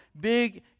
big